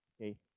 okay